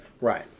Right